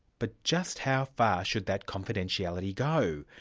but just how far should that confidentiality go?